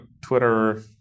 Twitter